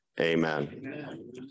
Amen